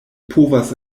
povas